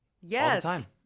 Yes